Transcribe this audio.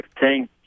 thank